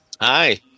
Hi